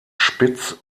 spitz